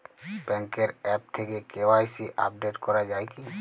ব্যাঙ্কের আ্যপ থেকে KYC update করা যায় কি?